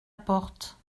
porte